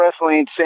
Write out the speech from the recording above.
wrestling